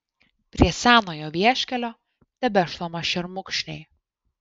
prie senojo vieškelio tebešlama šermukšniai